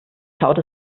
schaut